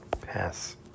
Pass